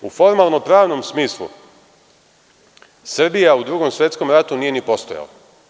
U formalno-pravnom smislu, Srbija u Drugom svetskom ratu nije ni postojala.